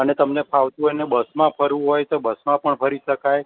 અને ફાવતું હોયને બસમાં ફરવું હોય તો બસમાં પણ ફરી શકાય